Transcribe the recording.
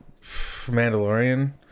Mandalorian